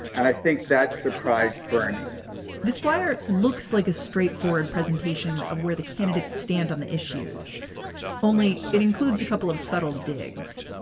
and i think that surprised bernie this fire looks like a straightforward presentation of where the candidates stand on the issues only. it includes a couple of subtle digs.